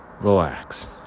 relax